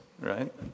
right